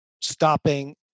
stopping